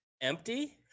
empty